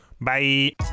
bye